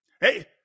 Hey